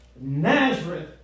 Nazareth